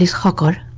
hundred